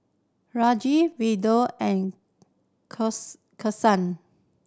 Rajat Vedre and